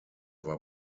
war